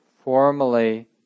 formally